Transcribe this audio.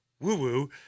woo-woo